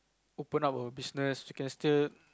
open up a business you can still